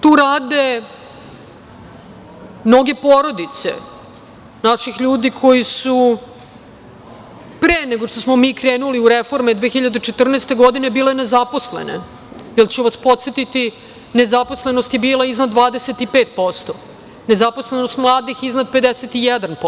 Tu rade mnoge porodice naših ljudi koji su pre nego što smo mi krenuli u reforme 2014. godine bile nezaposlene, jer ću vas podsetiti, nezaposlenost je bila iznad 25%, nezaposlenost mladih iznad 51%